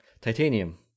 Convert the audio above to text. titanium